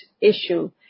issue